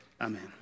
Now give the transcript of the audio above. Amen